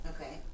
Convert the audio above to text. Okay